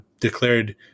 declared